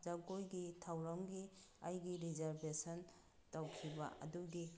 ꯖꯒꯣꯏꯒꯤ ꯊꯧꯔꯝꯒꯤ ꯑꯩꯒꯤ ꯔꯤꯖꯔꯕꯦꯁꯟ ꯇꯧꯈꯤꯕ ꯑꯗꯨꯒꯤ